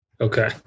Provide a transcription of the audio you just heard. Okay